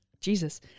Jesus